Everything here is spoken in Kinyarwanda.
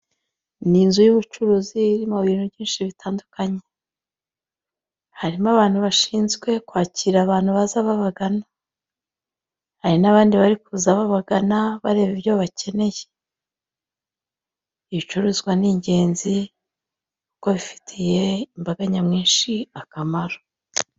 Ni inzu y'ubucuruzi irimo bintu byinshi bitandukanye, harimo abantu bashinzwe kwakira abantu baza babagana, hari n'abandi bari kuza babagana bareba ibyo bakeneye, ibicuruzwa ni ingenzi kuko bifitiye imbaga nyamwinshi akamaro.